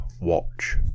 watch